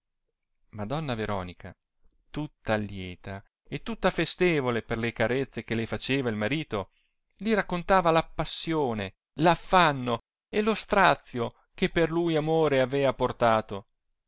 madonna veronica tutta lieta e tutta festevole per le carezze che le faceva il marito li raccontava la passione l'affanno e lo strazio che per lui amore avea portato